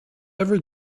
ever